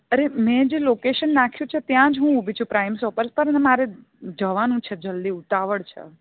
અરે મેં જે લોકેશન નાખ્યું છે ત્યાંજ હું ઊભી છું પ્રાઇમ શોપર પર મારે જવાનું છે જલ્દી ઉતાવળ છે